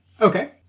Okay